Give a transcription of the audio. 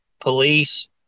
police